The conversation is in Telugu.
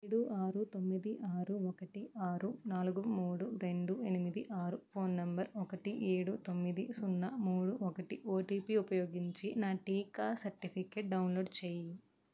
ఏడు ఆరు తొమ్మిది ఆరు ఒకటి ఆరు నాలుగు మూడు రెండు ఎనిమిది ఆరు ఫోన్ నంబర్ ఒకటి ఏడు తొమ్మిది సున్నా మూడు ఒకటి ఓటీపి ఉపయోగించి నా టీకా సర్టిఫికెట్ డౌన్లోడ్ చేయి